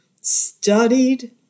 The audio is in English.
studied